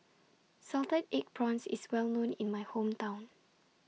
Salted Egg Prawns IS Well known in My Hometown